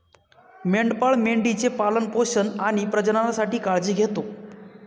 मेंढपाळ मेंढी चे पालन पोषण आणि प्रजननासाठी काळजी घेतो